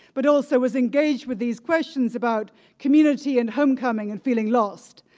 but also was engaged with these questions about community and homecoming and feeling lost.